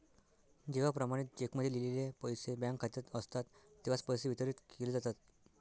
जेव्हा प्रमाणित चेकमध्ये लिहिलेले पैसे बँक खात्यात असतात तेव्हाच पैसे वितरित केले जातात